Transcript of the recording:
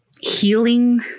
healing